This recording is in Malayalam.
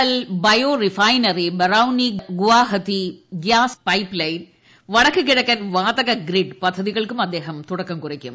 L bio refinery Barauni Guwahati gas pipeline വടക്കു കിഴക്കൻ വാതകഗ്രിഡ് പദ്ധതികൾക്കും അദ്ദേഹം തുടക്കം കുറിക്കും